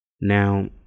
Now